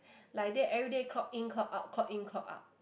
like that every day clock in clock out clock in clock out